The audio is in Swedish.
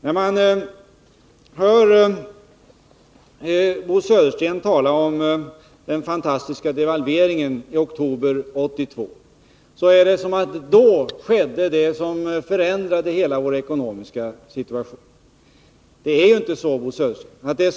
När man hör Bo Södersten tala om den fantastiska devalveringen i oktober 1982, låter det som att då skedde det som förändrade hela vår ekonomiska situation. Det är ju inte så, Bo Södersten.